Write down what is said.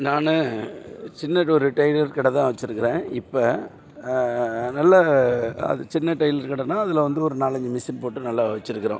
நான் சின்னதொரு டெய்லர் கடை தான் வச்சிருக்கறேன் இப்போ நல்ல அது சின்ன டெய்லர் கடை தான் அதில் வந்து ஒரு நாலஞ்சு மிசின் போட்டு நல்லா வச்சிருக்குறோம்